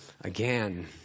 again